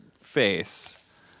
face